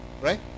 right